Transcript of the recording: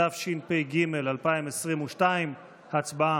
התשפ"ג 2022. הצבעה.